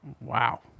Wow